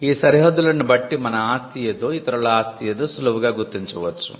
ఈ సరిహద్దులను బట్టి మన ఆస్తి ఏదో ఇతరుల ఆస్తి ఏదో సులువుగా గుర్తించవచ్చు